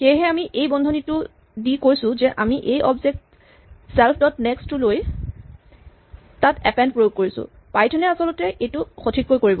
সেয়ে আমি এই বন্ধনীটো দি কৈছো যে আমি এই অবজেক্ট চেল্ফ ডট নেক্স্ট টো লৈ তাত এপেন্ড প্ৰয়োগ কৰিছোঁ পাইথন এ আচলতে এইটো সঠিককৈ কৰিব